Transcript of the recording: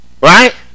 Right